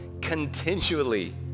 continually